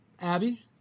Abby